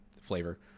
flavor